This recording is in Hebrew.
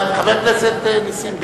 חבר הכנסת נסים.